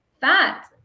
fat